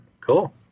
Cool